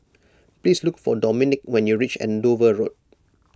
please look for Dominique when you reach Andover Road